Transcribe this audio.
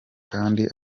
kandi